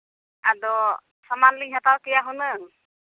ᱟᱫᱚ ᱥᱟᱢᱟᱱ ᱞᱤᱧ ᱦᱟᱛᱟᱣ ᱠᱮᱭᱟ ᱦᱩᱱᱟᱹᱝ